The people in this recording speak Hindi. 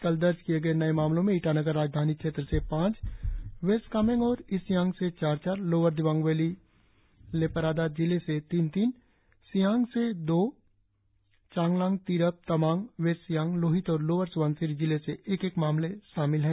कल दर्ज किए गए नए मामलों में ईटानगर राजधानी क्षेत्र से पांच वेस्ट कामेंग और ईस्ट सियांग से चार चार लोअर दिबांग वैली लेपादारा जिले से तीन तीन सियांग से दो चांगलांग तिरप तवांग वेस्ट सियांग लोहित और लोअर सुबनसिरी जिले से एक एक मामले शामिल है